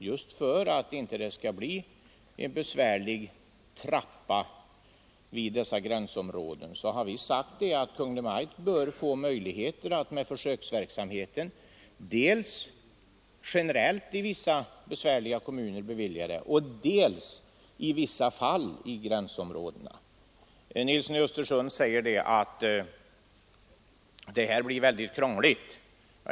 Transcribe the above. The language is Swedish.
Just för att det inte skall bli en besvärlig trappa i dessa gränsområden har vi sagt att Kungl. Maj:t genom en försöksverksamhet bör få möjlighet att bevilja sådant stöd dels generellt i vissa kommuner med särskilda svårigheter, dels i vissa fall i gränsområdena. Herr Nilsson i Östersund säger att det skulle bli väldigt krångligt.